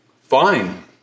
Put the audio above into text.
fine